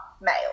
male